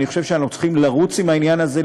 אני חושב שאנחנו צריכים לרוץ עם העניין הזה,